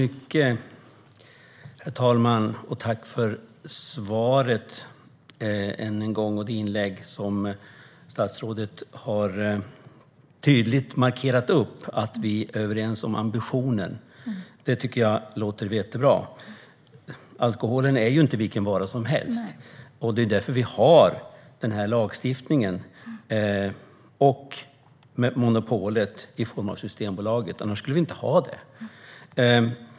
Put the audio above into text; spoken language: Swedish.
Herr talman! Tack för svaret! Statsrådet har tydligt markerat att vi är överens om ambitionen. Det tycker jag låter jättebra. Alkoholen är inte vilken vara som helst. Det är därför vi har denna lagstiftning och monopolet i form av Systembolaget - annars skulle vi inte ha det.